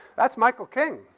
that's michael king.